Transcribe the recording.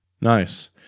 nice